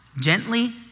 gently